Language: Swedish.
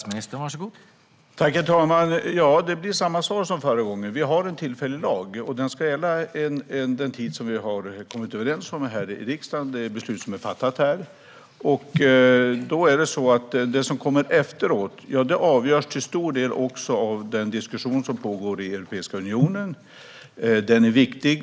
Herr talman! Det blir samma svar som förra gången. Det finns en tillfällig lag. Den ska gälla den tid som riksdagen har kommit överens om. Det är ett beslut som är fattat här. Det som kommer efteråt avgörs till stor del av den diskussion som pågår i Europeiska unionen. Den är viktig.